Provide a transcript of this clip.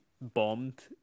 bombed